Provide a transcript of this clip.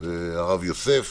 הרב יוסף